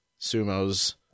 Sumos